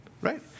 Right